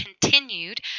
continued